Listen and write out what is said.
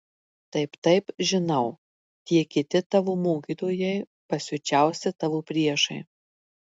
taip taip žinau tie kiti tavo mokytojai pasiučiausi tavo priešai